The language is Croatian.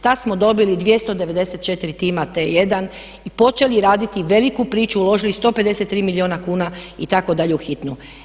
Tad smo dobili 294 tima T1 i počeli raditi veliku priču, uložili 153 milijuna kuna u hitnu.